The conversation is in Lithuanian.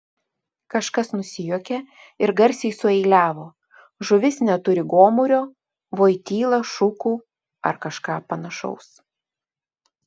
kažkas nusijuokė ir garsiai sueiliavo žuvis neturi gomurio voityla šukų ar kažką panašaus